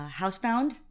Housebound